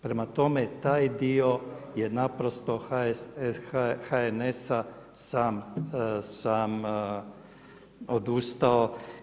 Prema tome, taj dio je naprosto … HNS-a sam odustao.